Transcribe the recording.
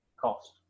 cost